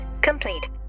complete